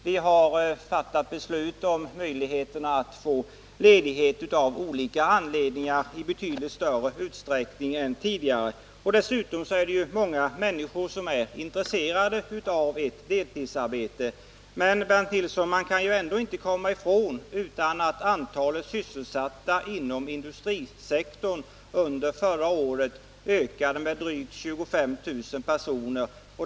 Vi har också fattat beslut om möjlighet till ledighet av olika anledningar i betydligt större utsträckning än tidigare. Dessutom är ju många människor intresserade av deltidsarbete. Men, Bernt Nilsson, man kan inte komma ifrån att antalet sysselsatta inom industrisektorn under förra året ökade med drygt 20 000 personer.